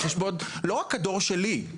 על חשבון לא רק הדור שלי,